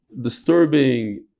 disturbing